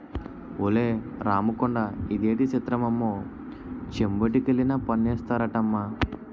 ఒలే రాముకొండా ఇదేటి సిత్రమమ్మో చెంబొట్టుకెళ్లినా పన్నేస్తారటమ్మా